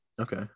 Okay